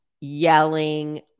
yelling